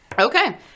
Okay